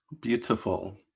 Beautiful